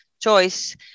choice